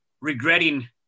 regretting